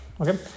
okay